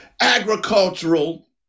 agricultural